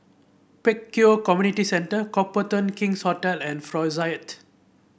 Pek Kio Community Centre Copthorne King's Hotel and